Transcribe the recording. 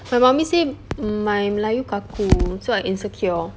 my mummy say my melayu kaku so I insecure